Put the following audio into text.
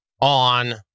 on